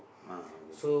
ah okay